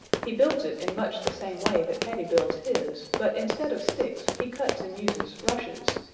he builds it in much the same way that paddy builds his, but instead of sticks he cuts and uses rushes.